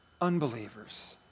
unbelievers